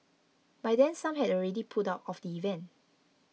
by then some had already pulled out of the event